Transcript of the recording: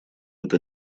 эта